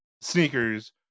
sneakers